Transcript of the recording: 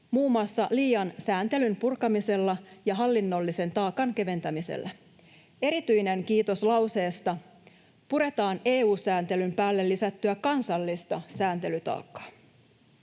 muun muassa liian sääntelyn purkamisella ja hallinnollisen taakan keventämisellä. Erityinen kiitos tästä lauseesta: ”Puretaan EU-sääntelyn päälle lisättyä kansallista sääntelytaakkaa.”